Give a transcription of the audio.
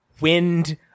wind